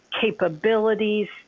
capabilities